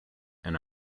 and